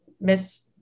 miss